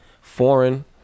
foreign